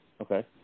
Okay